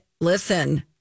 listen